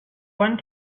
one